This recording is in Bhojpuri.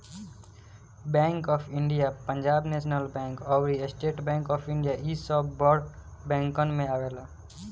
bank of India, Punjab national bank अउरी स्टेट बैंक ऑफ़ इंडिया इ सब बड़ बैंकन में आवेला